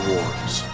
Wars